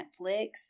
Netflix